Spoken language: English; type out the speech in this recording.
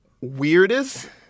weirdest